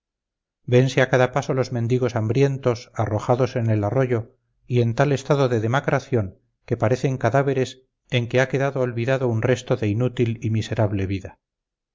vense a cada paso los mendigos hambrientos arrojados en el arroyo y en tal estado de demacración que parecen cadáveres en que ha quedado olvidado un resto de inútil y miserable vida